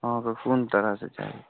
अहाँकेँ कोन तरहके चाही